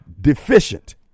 deficient